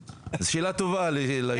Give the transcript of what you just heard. זו שאלה טובה.